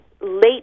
late